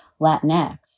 Latinx